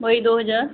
वही दो हज़ार